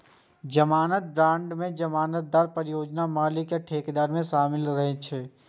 जमानत बांड मे जमानतदार, परियोजना मालिक आ ठेकेदार शामिल रहै छै